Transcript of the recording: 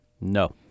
No